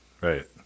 Right